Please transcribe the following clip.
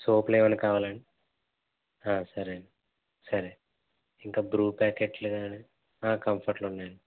సోపులు ఏవన్నా కావాలా అండి సరే అండి సరే ఇంకా బ్రూ ప్యాకెట్లు గానీ కంఫర్టులు ఉన్నాయి అండి